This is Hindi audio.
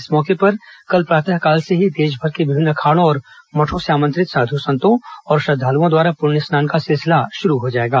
इस मौके पर कल प्रातः काल से ही देशभर के विभिन्न अखाड़ों और मठों से आमंत्रित साधु संतों और श्रद्दालुओं द्वारा पुण्य स्नान का सिलसिला शुरू हो जाएगा